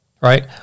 Right